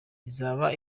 izaba